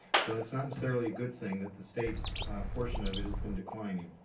so it's not necessarily a good thing that the states portion of it has been declining.